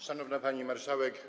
Szanowna Pani Marszałek!